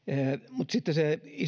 mutta sitten se isointa